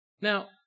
Now